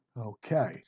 Okay